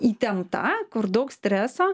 įtempta kur daug streso